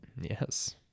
Yes